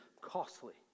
costly